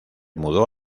mudó